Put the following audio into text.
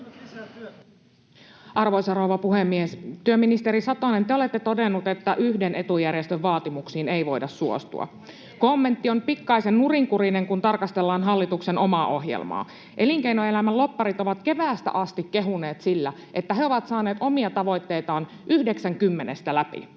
Arvoisa rouva puhemies! Työministeri Satonen, te olette todennut, että yhden etujärjestön vaatimuksiin ei voida suostua. Kommentti on pikkaisen nurinkurinen, kun tarkastellaan hallituksen omaa ohjelmaa. Elinkeinoelämän lobbarit ovat keväästä asti kehuneet sillä, että he ovat saaneet omista tavoitteistaan yhdeksän